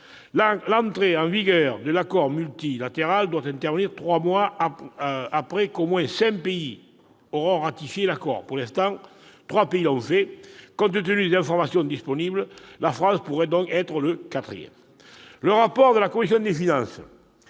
L'entrée en vigueur de l'accord multilatéral doit intervenir trois mois après que cinq pays au moins auront ratifié l'accord. Pour l'instant, trois l'ont fait ; compte tenu des informations disponibles, la France pourrait être le quatrième. Le rapport de la commission des finances